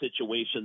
situation